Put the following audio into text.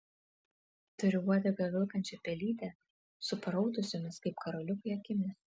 turiu uodegą velkančią pelytę su paraudusiomis kaip karoliukai akimis